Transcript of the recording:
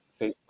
Facebook